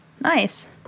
Nice